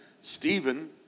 Stephen